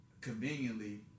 Conveniently